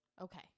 Okay